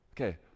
Okay